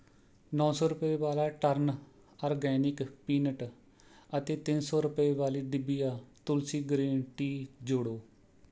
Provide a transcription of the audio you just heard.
ਨੌਂ ਸੌ ਰੁਪਏ ਵਾਲਾ ਟਰਨ ਆਰਗੈਨਿਕ ਪੀਨਟ ਅਤੇ ਤਿੰਨ ਸੌ ਰੁਪਏ ਵਾਲੀ ਡਿਬਿਹਾ ਤੁਲਸੀ ਗ੍ਰੀਨ ਟੀ ਜੋੜੋ